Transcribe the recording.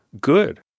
good